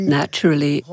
naturally